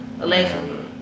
allegedly